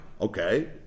Okay